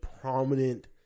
prominent